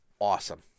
awesome